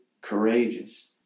courageous